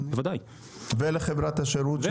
ולחברת השירות?